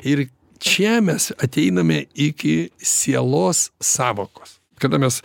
ir čia mes ateiname iki sielos sąvokos kada mes